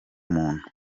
muntu